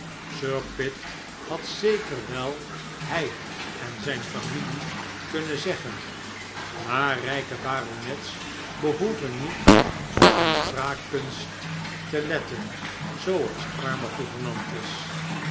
sir pitt had zeker wel hij en zijn familie kunnen zeggen maar rijke baronets behoeven niet op hun spraakkunst te letten